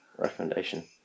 recommendation